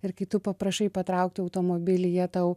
ir kai tu paprašai patraukti automobilį jie tau